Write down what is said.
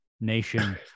nation